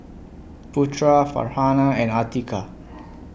Putra Farhanah and Atiqah